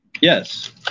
Yes